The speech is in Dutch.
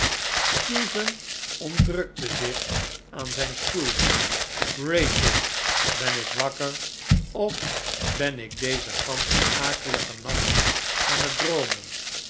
stephen ontrukte zich aan zijn stoel rachel ben ik wakker of ben ik dezen ganschen akeligen nacht aan het droomen